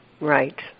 Right